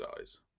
eyes